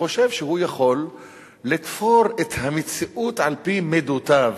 שחושב שהוא יכול לתפור את המציאות על-פי מידותיו.